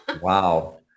wow